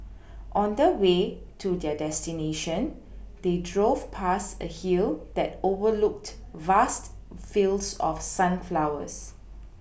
on the way to their destination they drove past a hill that overlooked vast fields of sunflowers